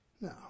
No